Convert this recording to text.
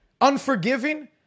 unforgiving